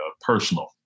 personal